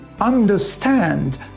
understand